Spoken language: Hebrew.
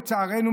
לצערנו,